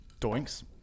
Doinks